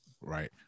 Right